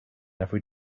every